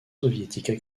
soviétiques